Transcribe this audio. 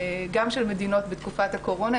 גם של מדינות בתקופת הקורונה.